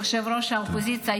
ראש האופוזיציה,